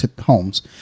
homes